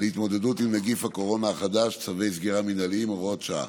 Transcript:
להתמודדות עם נגיף הקורונה החדש (צווי סגירה מינהליים) (הוראת שעה),